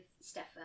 Stefan